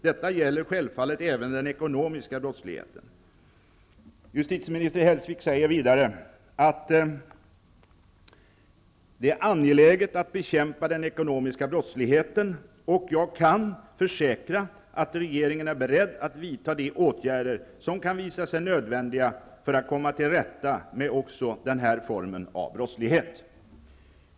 Detta gäller självfallet även den ekonomiska brottsligheten.'' Justitieminister Hellsvik sade vidare att ''det är angeläget att bekämpa den ekonomiska brottsligheten. Och jag kan försäkra att regeringen är beredd att vidta de åtgärder som kan visa sig nödvändiga för att komma till rätta med också den här formen av brottslighet.''